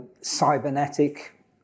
cybernetic